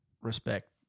respect